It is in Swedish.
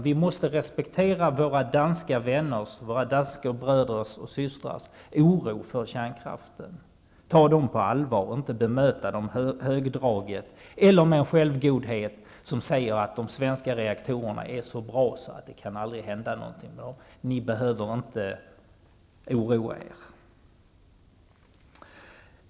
Vi måste respektera våra danska bröders och systrars oro för kärnkraften. Vi bör ta den på allvar och inte bemöta den högdraget eller med en självgodhet som säger att de svenska reaktorerna är så bra att det aldrig kan hända någonting olyckligt med dem -- ni behöver inte oroa er.